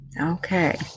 Okay